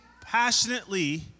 passionately